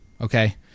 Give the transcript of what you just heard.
Okay